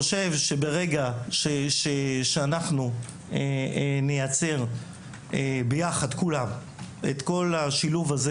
אני חושב שברגע שאנחנו נייצר ביחד כולם את כל השילוב הזה